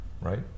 right